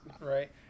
Right